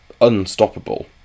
unstoppable